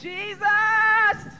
Jesus